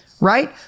Right